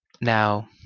Now